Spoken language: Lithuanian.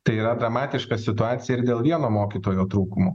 tai yra dramatiška situacija ir dėl vieno mokytojo trūkumo